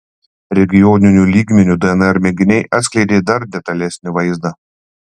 regioniniu lygmeniu dnr mėginiai atskleidė dar detalesnį vaizdą